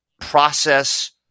process